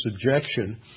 subjection